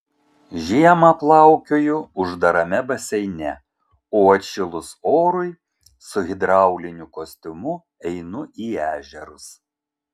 žiemą plaukioju uždarame baseine o atšilus orui su hidrauliniu kostiumu einu į ežerus